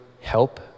help